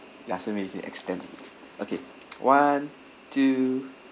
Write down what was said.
ya so mean you can extend okay one two